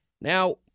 Now